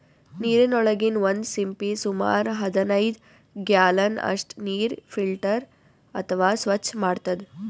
ನೀರಿನೊಳಗಿನ್ ಒಂದ್ ಸಿಂಪಿ ಸುಮಾರ್ ಹದನೈದ್ ಗ್ಯಾಲನ್ ಅಷ್ಟ್ ನೀರ್ ಫಿಲ್ಟರ್ ಅಥವಾ ಸ್ವಚ್ಚ್ ಮಾಡ್ತದ್